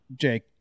Jake